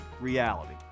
reality